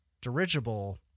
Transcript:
dirigible